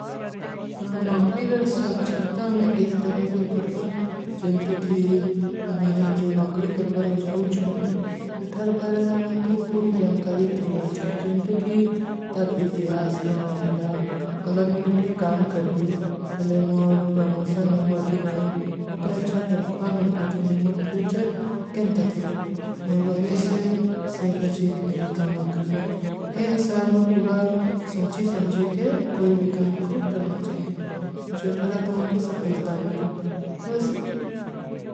ନୌକରୀରାର ସାକ୍ଚରତା ହମେଂ ଇସ ତରହ ସେ କରବା, ଜନ୍ତୋ କି ହମେଂ ଜୋ ନୌକରୀ କରବା ଲେ ଜାଊଚ୍ଛୂଁ, ଥରବାରେର ହମାଂ କୋ ପୂରୀ ଜଣକାରୀ ଥୀଵା ଚାହିଏ, ଜନ୍ତୋ କି ତର ଇତିହାସ କଣ ଥୀଲା, ଅଗର ମୁଝେ ଇତି କାମ କର ଭୀ, ହଲେ ମୌର ପ୍ରମୋଶନ ହବା କୀ ନଈ, ମୁଝେ ଅଚ୍ଛା ତଂଖଵା ମିଡବା କୀ ନଈ, ମୁଝେ ଫ୍ଯୂଚର କେଂଟା ଥୀଵା, ମୁଝେ ଭାଵୀ ସେ ସେଫ ହଚୀ କୀ ନଈ କାମ କର ଲେ। ହେ ଇସାଵର ପୂରା ସୋଂଚୀ ସମଝୀ କେ କୋଈ ଭୀ କାମ କୋ କରନା ଚାହିଏ, ଜୋ ଥଡା ତୁମ୍ହାଂ କୋ ସଫଲତା ମିଡୋ। ହୁଆ ସେ।